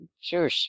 Sure